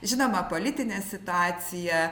žinoma politinė situacija